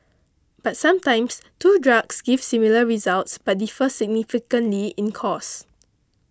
but sometimes two drugs give similar results but differ significantly in costs